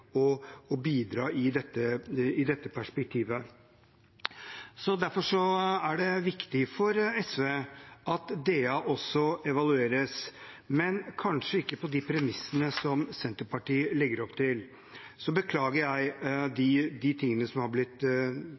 å bidra i dette perspektivet. Derfor er det viktig også for SV at DA evalueres, men kanskje ikke på de premissene som Senterpartiet legger opp til. Så beklager jeg det som har